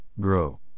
grow